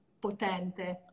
potente